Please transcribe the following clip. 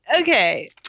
Okay